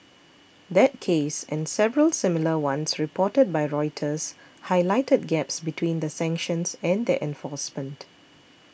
that case and several similar ones reported by Reuters Highlighted Gaps between the sanctions and their enforcement